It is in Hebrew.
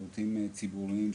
שירותים ציבוריים,